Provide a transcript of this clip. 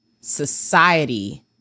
society